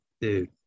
Dude